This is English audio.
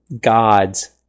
gods